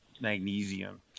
magnesium